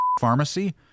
Pharmacy